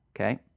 Okay